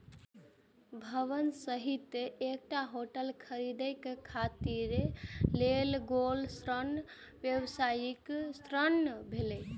भवन सहित एकटा होटल खरीदै खातिर लेल गेल ऋण व्यवसायी ऋण भेलै